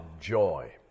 joy